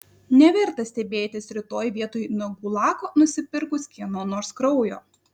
neverta stebėtis rytoj vietoj nagų lako nusipirkus kieno nors kraujo